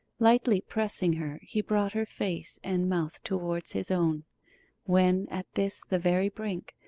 lightly pressing her, he brought her face and mouth towards his own when, at this the very brink,